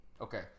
Okay